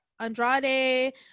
Andrade